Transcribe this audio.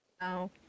No